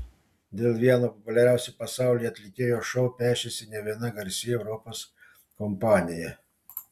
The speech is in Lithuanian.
dėl vieno populiariausių pasaulyje atlikėjo šou pešėsi ne viena garsi europos kompanija